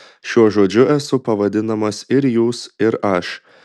šiuo žodžiu esu pavadinamas ir jūs ir aš